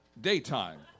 Daytime